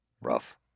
Rough